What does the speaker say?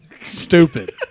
stupid